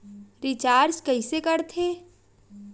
Recharge कइसे कर थे?